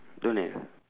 don't have